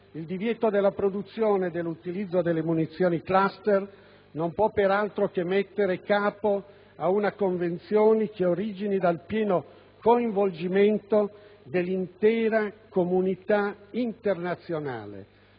il divieto della produzione e dell'utilizzo delle munizioni *cluster* non può peraltro che trovare compimento in una convenzione che origini dal pieno coinvolgimento dell'intera comunità internazionale.